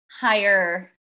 higher